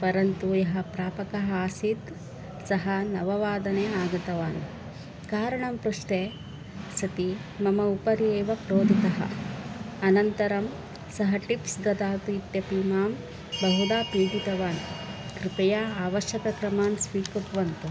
परन्तु यः प्रापकः आसीत् सः नववादने आगतवान् कारणं पृष्टे सति मम उपरि एव क्रोधितः अनन्तरं सः टिप्स् ददातु इत्यपि मां बहुधा पीडितवान् कृपया आवश्यकक्रमान् स्वीकुर्वन्तु